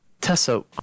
Tessa